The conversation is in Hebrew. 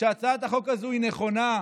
שהצעת החוק הזו היא נכונה,